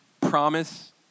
promise